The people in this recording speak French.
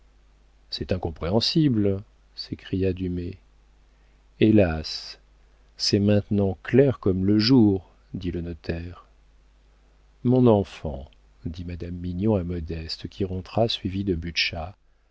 c'est incompréhensible s'écria dumay hélas c'est maintenant clair comme le jour dit le notaire mon enfant dit madame mignon à modeste qui rentra suivie de